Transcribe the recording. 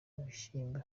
ibishyimbo